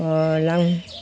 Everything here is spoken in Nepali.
पलङ